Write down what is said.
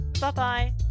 Bye-bye